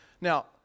Now